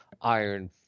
iron